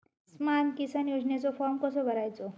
स्माम किसान योजनेचो फॉर्म कसो भरायचो?